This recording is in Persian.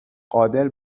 قادر